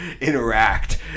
interact